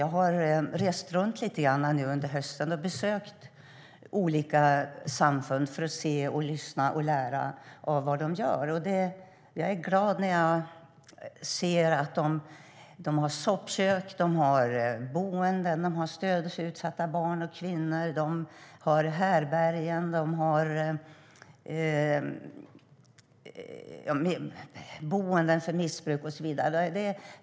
Jag har under hösten rest runt och besökt olika samfund för att se, lyssna och lära av vad de gör. Jag blir glad när jag ser soppkök, boenden, stöd för utsatta barn och kvinnor, härbärgen, boenden för missbrukare och så vidare.